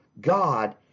God